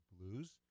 blues